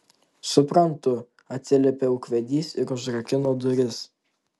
suprantu atsiliepė ūkvedys ir užrakino duris